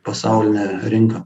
pasaulinę rinką